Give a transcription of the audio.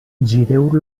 gireu